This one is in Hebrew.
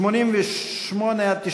לסעיפים 88 91